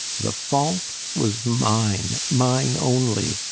the fault was mine, mine only,